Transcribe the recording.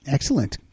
Excellent